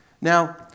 Now